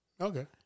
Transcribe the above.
Okay